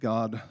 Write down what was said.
God